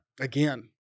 again